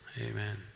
Amen